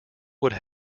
would